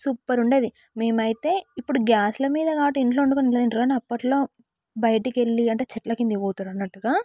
super ఉండేది మేము అయితే ఇప్పుడు గ్యాస్ల మీద కాబట్టి ఇంట్లో వండుకొని తింటున్నాం కానీ అప్పట్లో బయటకి వెళ్ళి అంటే చెట్ల కిందకు పోత్తురు అన్నట్టుగా